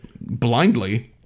blindly